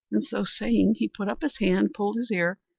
and so saying, he put up his hand, pulled his ear,